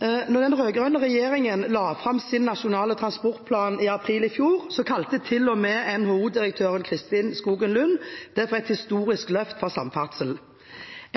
den rød-grønne regjeringen la fram sin nasjonale transportplan i april i fjor, kalte til og med NHO-direktør Kristin Skogen Lund den for et historisk løft for samferdsel.